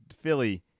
Philly